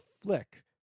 flick